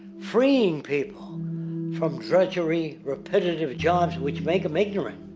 freeing people from drudgery, repetitive jobs which make them ignorant.